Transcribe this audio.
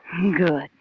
Good